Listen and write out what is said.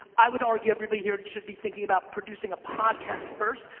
i would argue everybody here should be thinking about producing a podcast first.